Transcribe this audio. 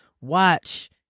Watch